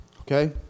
Okay